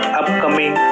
upcoming